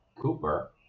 Cooper